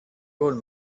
old